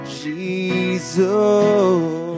Jesus